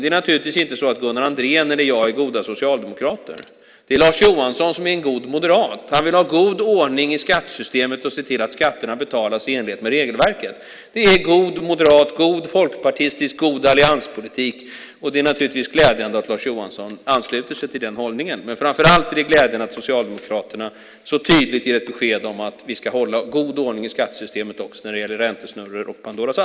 Det är naturligtvis inte så att Gunnar Andrén eller jag är goda socialdemokrater. Det är Lars Johansson som är en god moderat. Han vill ha god ordning i skattesystemet och se till att skatterna betalas i enlighet med regelverket. Det är god moderat, god folkpartistisk politik, god allianspolitik, och det är naturligtvis glädjande att Lars Johansson ansluter sig till den hållningen. Men framför allt är det glädjande att Socialdemokraterna så tydligt ger ett besked om att vi ska hålla god ordning i skattesystemet också när det gäller räntesnurror och Pandoras ask.